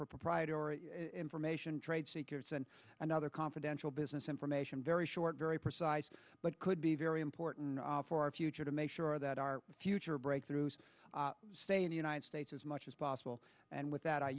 for propriety or information trade secrets and another confidential business information very short very precise but could be very important for our future to make sure that our future breakthroughs stay in the united states as much as possible and with that i